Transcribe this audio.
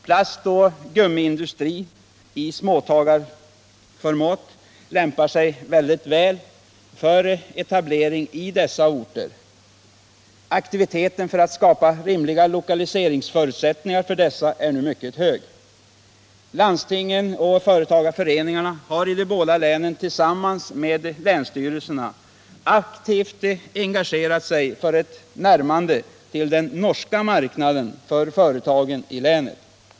Plastoch gummiindustri i småföretagarformat lämpar sig utomordentligt väl för etablering i dessa orter. Aktiviteten för att skapa rimliga lokaliseringsförutsättningar för dessa är nu mycket hög. Landstingen och företagarföreningarna har i de båda länen tillsammans med länsstyrelserna aktivt engagerat sig för ett närmande till den norska marknaden för företagen i länet.